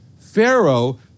Pharaoh